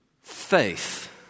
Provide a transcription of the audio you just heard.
faith